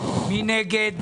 מי נגד?